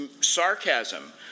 sarcasm